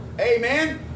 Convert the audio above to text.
Amen